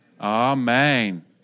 Amen